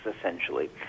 essentially